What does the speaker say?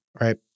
right